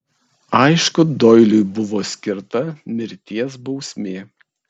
aišku doiliui buvo skirta mirties bausmė